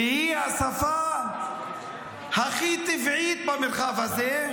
שהיא השפה הכי טבעית במרחב הזה,